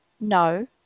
no